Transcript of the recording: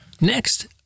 Next